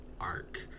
arc